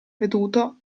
veduto